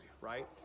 Right